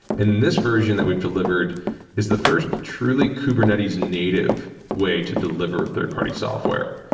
and this version that we've delivered is the first truly kubernetes native way to deliver third-party software.